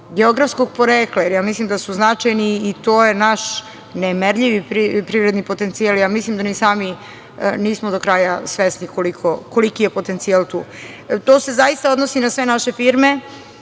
geografskog porekla, jer ja mislim da su značajni i to je naš nemerljivi privredni potencijal. Mislim da ni sami nismo do kraja svesni koliki je potencijal tu. To se odnosi na sve naše firme,